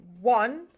one